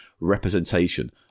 representation